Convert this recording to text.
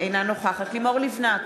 אינה נוכחת לימור לבנת,